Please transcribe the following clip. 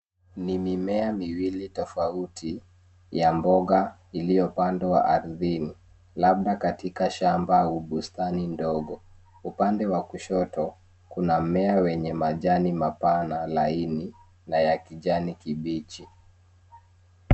Ni mimea miwili tofauti ya mboga iliyopandwa ardhini, labda katika shamba au bustani ndogo. Upande wa kushoto kuna mmea wenye majani mapana laini, na ya kijani kibichi.